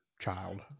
child